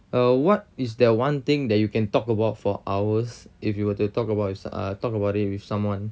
err what is that one thing that you can talk about for hours if you were to talk about ah talk about it with someone